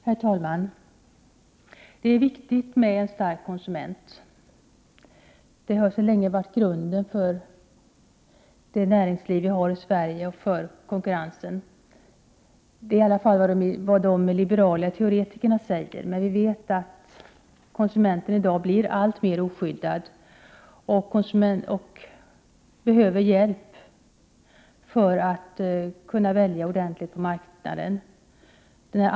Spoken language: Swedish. Herr talman! Det är viktigt med en stark konsument. Det har sedan länge varit grunden för näringslivet i Sverige och för konkurrensen. Det är vad de liberala teoretikerna säger, men vi vet att konsumenten i dag blir alltmer oskyddad och behöver hjälp för att kunna välja ordentligt på marknaden.